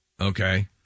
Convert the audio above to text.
Okay